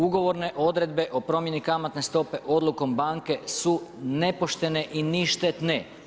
Ugovorne odredbe o promjeni kamatne stope, odlukom su banke su nepoštene i ništene.